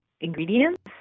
ingredients